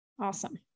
Awesome